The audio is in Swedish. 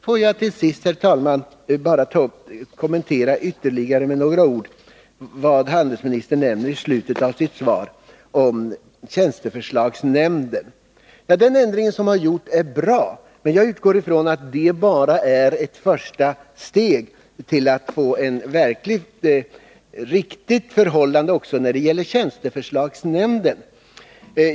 Får jag till sist, herr talman, ytterligare med några ord kommentera vad handelsministern i slutet av sitt svar nämner om tjänsteförslagsnämnden. Den ändring som har gjorts är bra, men jag utgår från att den bara är ett första steg på vägen mot ett riktigt bra förhållande också för tjänsteförslagsnämnden.